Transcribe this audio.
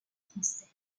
français